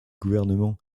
gouvernement